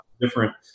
different